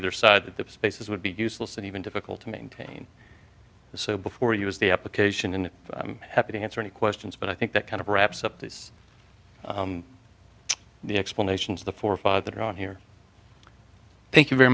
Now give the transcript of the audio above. either side that the spaces would be useless and even difficult to maintain so before you was the application and i'm happy to answer any questions but i think that kind of wraps up these the explanations the forefather on here thank you very